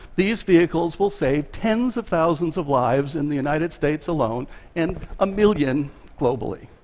these vehicles will save tens of thousands of lives in the united states alone and a million globally.